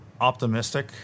Optimistic